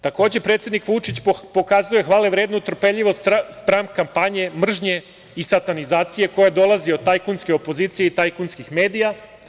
Takođe, predsednik Vučić pokazuje hvale vrednu trpeljivosti spram kampanje mržnje i satanizacije, koja dolazi od tajkunske opozicije i tajkunskih medija.